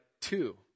two